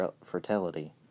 fertility